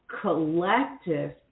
collective